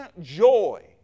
joy